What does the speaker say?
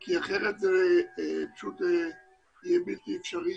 כי אחרת יהיה בלתי אפשרי.